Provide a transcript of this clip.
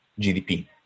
GDP